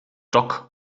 dock